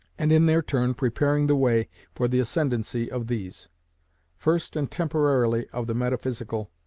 and in their turn preparing the way for the ascendancy of these first and temporarily of the metaphysical,